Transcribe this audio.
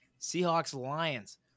Seahawks-Lions